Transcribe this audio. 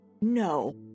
no